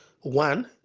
One